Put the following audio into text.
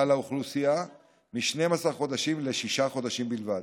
האוכלוסייה מ-12 חודשים לשישה חודשים בלבד.